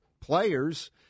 players